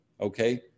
Okay